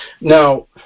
Now